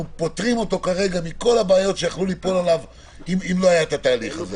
הוא לא צריך לעשות, הוא יבחן את הפעילות.